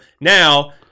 Now –